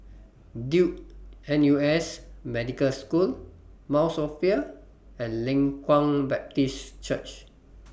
Duke N U S Medical School Mount Sophia and Leng Kwang Baptist Church